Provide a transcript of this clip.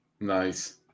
Nice